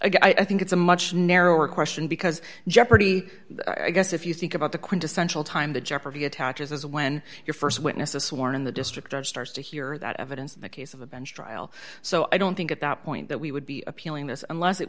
it's i think it's a much narrower question because jeopardy i guess if you think about the quintessential time the jeopardy attaches is when you're st witness a sworn in the district judge starts to hear that evidence in the case of a bench trial so i don't think at that point that we would be appealing this unless it